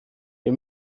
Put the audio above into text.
wir